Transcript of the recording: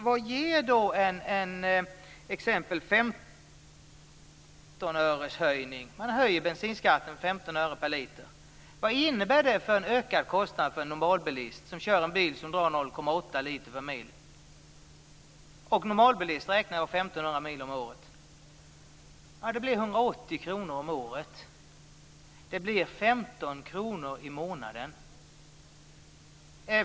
Vad ger då en höjning av bensinskatten med 15 öre per liter? Vad innebär det i ökade kostnader för en normalbilist som kör 1 500 mil om året i en bil som drar 0,8 liter per mil? Jo, det blir 180 kr om året, 15 kr i månaden.